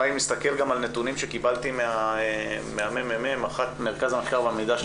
אני מקווה שכולם יספיקו לדבר, אבל לפחות